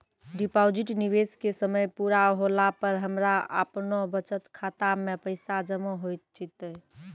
Deposit निवेश के समय पूरा होला पर हमरा आपनौ बचत खाता मे पैसा जमा होय जैतै?